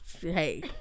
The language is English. hey